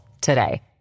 today